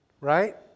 Right